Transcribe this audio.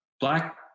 black